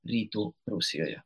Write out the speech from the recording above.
rytų prūsijoje